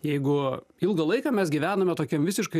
jeigu ilgą laiką mes gyvenome tokiam visiškai